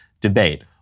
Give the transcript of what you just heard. debate